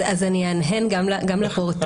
אז אני אהנהן גם לפרוטוקול.